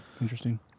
Interesting